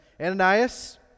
Ananias